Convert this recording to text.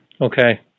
okay